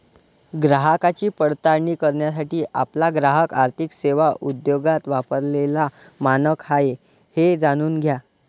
ग्राहकांची पडताळणी करण्यासाठी आपला ग्राहक आर्थिक सेवा उद्योगात वापरलेला मानक आहे हे जाणून घ्या